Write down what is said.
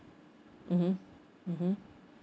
mmhmm mmhmm